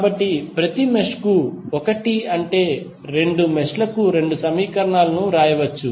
కాబట్టి ప్రతి మెష్ కు ఒకటి అంటే రెండు మెష్ లకు రెండు సమీకరణాలను వ్రాయవచ్చు